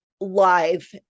live